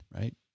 right